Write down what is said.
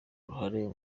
uruhare